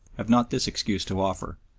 have not this excuse to offer.